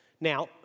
Now